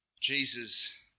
Jesus